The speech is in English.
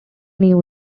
new